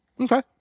Okay